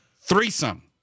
threesome